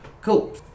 Cool